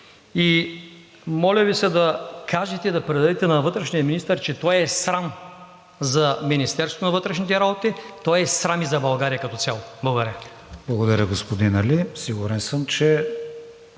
И моля Ви се да кажете и да предадете на вътрешния министър, че той е срам за Министерството на вътрешните работи, той е срам и за България като цяло. Благодаря Ви. ПРЕДСЕДАТЕЛ